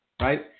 right